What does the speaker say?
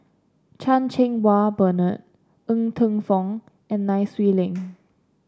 Chan Cheng Wah Bernard Ng Teng Fong and Nai Swee Leng